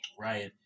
Right